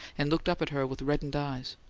and looked up at her with reddened eyes.